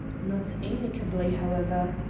not amicably, however.